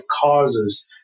causes